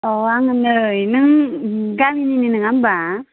औ आं नै नों गामिनिनो नङा होनबा